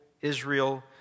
Israel